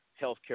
healthcare